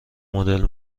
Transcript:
مدل